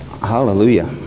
hallelujah